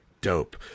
dope